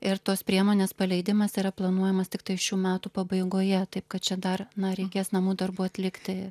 ir tos priemonės paleidimas yra planuojamas tiktai šių metų pabaigoje taip kad čia dar na reikės namų darbų atlikti